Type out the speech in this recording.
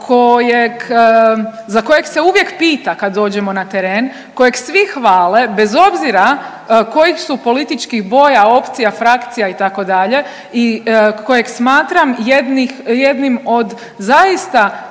za kojeg se uvijek pita kad dođemo na teren, kojeg svi hvale bez obzira kojih su političkih boja, opcija, frakcija itd. i kojeg smatram jednim od zaista